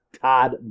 Todd